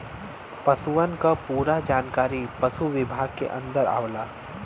पसुअन क पूरा जानकारी पसु विभाग के अन्दर आवला